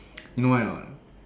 you know why or not